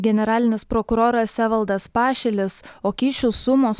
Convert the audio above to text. generalinis prokuroras evaldas pašilis o kyšių sumos